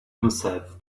himself